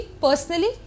personally